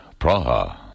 Praha